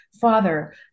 father